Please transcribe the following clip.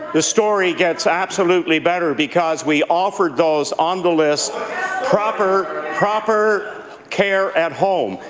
the story gets absolutely better, because we offered those on the list proper proper care at home.